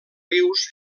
rius